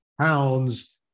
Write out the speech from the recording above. pounds